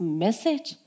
message